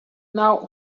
now